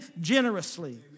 generously